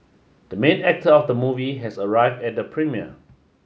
the main actor of the movie has arrived at the premiere